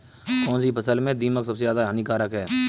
कौनसी फसल में दीमक सबसे ज्यादा हानिकारक है?